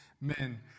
men